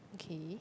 okay